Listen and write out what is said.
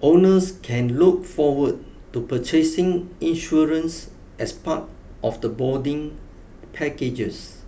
owners can look forward to purchasing insurance as part of the boarding packages